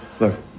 Look